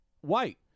white